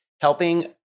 helping